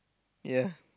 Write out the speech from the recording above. yea